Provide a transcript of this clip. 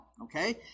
Okay